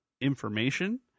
information